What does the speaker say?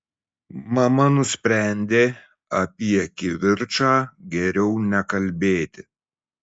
mama nusprendė apie kivirčą geriau nekalbėti